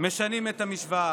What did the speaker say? משנים את המשוואה.